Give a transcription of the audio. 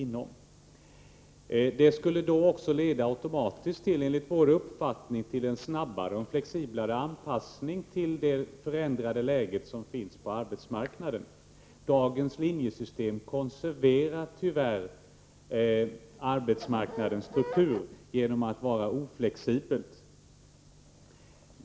Det skulle automatiskt leda till en snabbare och mer flexibel anpassning till det förändrade läget på arbetsmarknaden. Dagens linjesystem konserverar tyvärr arbetsmarknadens struktur genom att vara oflexibelt.